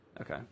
Okay